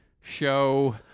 show